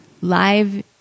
live